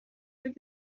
بگیر